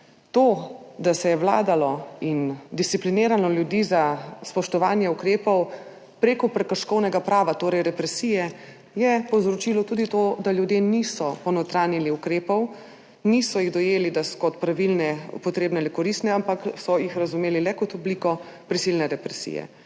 To, da se je vladalo in discipliniralo ljudi za spoštovanje ukrepov prek prekrškovnega prava, torej represije, je povzročilo tudi to, da ljudje niso ponotranjili ukrepov, niso jih dojeli kot pravilne, potrebne ali koristne, ampak so jih razumeli le kot obliko prisilne represije.